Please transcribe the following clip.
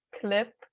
clip